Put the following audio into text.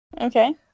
Okay